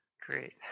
Great